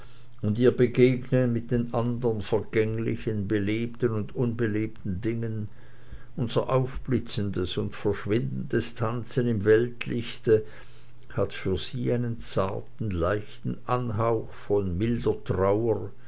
und ihr begegnen mit den anderen vergänglichen belebten und unbelebten dingen unser aufblitzendes und verschwindendes tanzen im weltlichte hat für sie einen zarten leichten anhauch bald von milder trauer